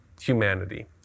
humanity